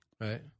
Right